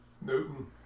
Newton